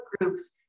groups